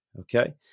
okay